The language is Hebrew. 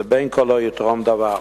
זה בין כה וכה לא יתרום דבר.